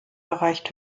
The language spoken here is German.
erreicht